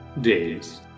Days